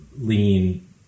lean